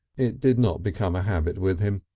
it did not become a habit with him.